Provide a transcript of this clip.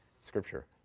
Scripture